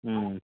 ம்